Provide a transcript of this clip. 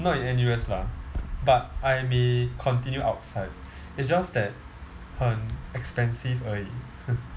not in N_U_S lah but I may continue outside it's just that 很 expensive 而已